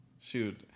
shoot